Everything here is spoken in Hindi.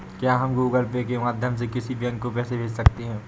क्या हम गूगल पे के माध्यम से किसी बैंक को पैसे भेज सकते हैं?